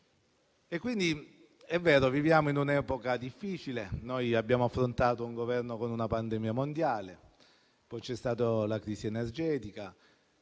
europea. È vero, viviamo in un'epoca difficile. Noi abbiamo affrontato con il Governo una pandemia mondiale; poi c'è stata la crisi energetica;